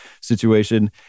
situation